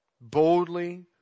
Boldly